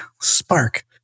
spark